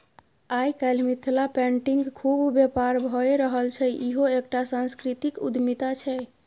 आय काल्हि मिथिला पेटिंगक खुब बेपार भए रहल छै इहो एकटा सांस्कृतिक उद्यमिता छै